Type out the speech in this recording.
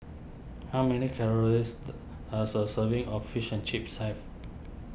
how many calories a so serving of Fishing Chips have